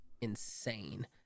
insane